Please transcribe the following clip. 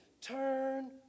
Turn